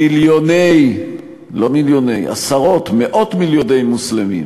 מיליוני, לא מיליוני, עשרות, מאות מיליוני מוסלמים